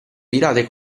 virate